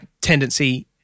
tendency